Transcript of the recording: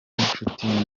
nshuti